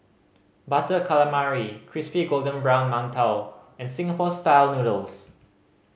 Butter Calamari crispy golden brown mantou and Singapore Style Noodles